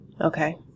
Okay